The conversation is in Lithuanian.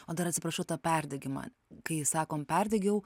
o dar atsiprašau tą perdegimą kai sakom perdegiau